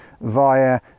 via